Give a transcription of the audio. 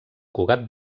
cugat